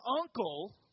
uncle